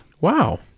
Wow